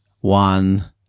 one